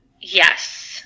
Yes